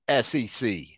SEC